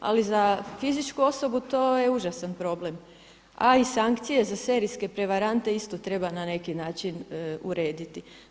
Ali za fizičku osobu to je užasan problem, a i sankcije za serijske prevarante isto treba na neki način urediti.